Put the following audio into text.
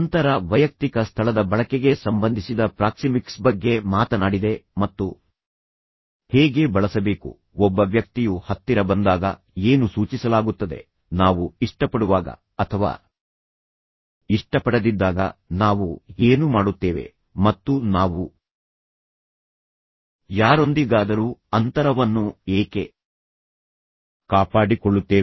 ಅಂತರ ವೈಯಕ್ತಿಕ ಸ್ಥಳದ ಬಳಕೆಗೆ ಸಂಬಂಧಿಸಿದ ಪ್ರಾಕ್ಸಿಮಿಕ್ಸ್ ಬಗ್ಗೆ ಮಾತನಾಡಿದೆ ಮತ್ತು ಹೇಗೆ ಬಳಸಬೇಕು ಒಬ್ಬ ವ್ಯಕ್ತಿಯು ಹತ್ತಿರ ಬಂದಾಗ ಏನು ಸೂಚಿಸಲಾಗುತ್ತದೆ ನಾವು ಇಷ್ಟಪಡುವಾಗ ಅಥವಾ ಇಷ್ಟಪಡದಿದ್ದಾಗ ನಾವು ಏನು ಮಾಡುತ್ತೇವೆ ಮತ್ತು ನಾವು ಯಾರೊಂದಿಗಾದರೂ ಅಂತರವನ್ನು ಏಕೆ ಕಾಪಾಡಿಕೊಳ್ಳುತ್ತೇವೆ